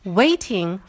waiting